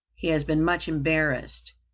he has been much embarrassed.